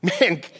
Man